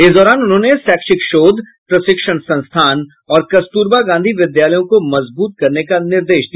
इस दौरान उन्होंने शैक्षिक शोध प्रशिक्षण संस्थान और कस्तूरबा गांधी विद्यालयों को मजबूत करने का निर्देश दिया